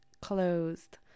closed